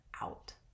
out